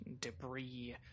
debris